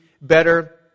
better